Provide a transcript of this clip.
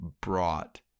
brought